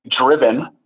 driven